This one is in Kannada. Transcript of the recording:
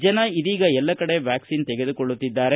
ಜನ ಇದೀಗ ಎಲ್ಲ ಕಡೆ ವ್ಯಾಕ್ಲಿನ್ ತೆಗೆದುಕೊಳ್ಳುತ್ತಿದ್ದಾರೆ